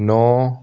ਨੌਂ